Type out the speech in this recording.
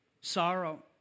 sorrow